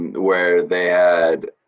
where they had,